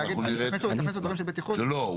להגיד: תכניסו דברים של בטיחות --- לא,